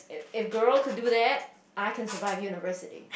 if girl could do that I can survive university